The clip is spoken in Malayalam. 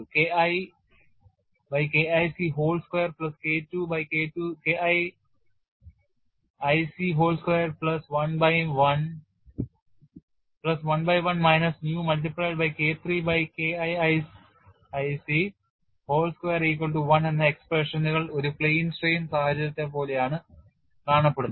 K I by K IC whole square plus K II by K IIC whole square plus 1 by 1 minus nyu multiplied by K III by K IIIC whole square equal to 1 എന്ന എക്സ്പ്രഷനുകൾ ഒരു പ്ലെയിൻ സ്ട്രെയിൻ സാഹചര്യത്തെപ്പോലെയാണ് കാണപ്പെടുന്നത്